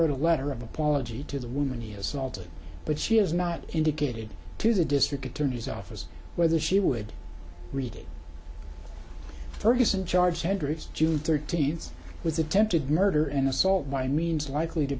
wrote a letter of apology to the woman he assaulted but she has not indicated to the district attorney's office whether she would reading ferguson charged chandra's june thirteenth with attempted murder and assault by means likely to